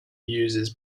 uses